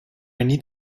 need